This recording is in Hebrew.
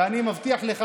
ואני מבטיח לך,